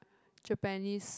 Japanese